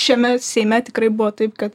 šiame seime tikrai buvo taip kad